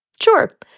Sure